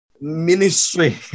Ministry